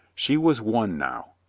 she was won now.